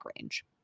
range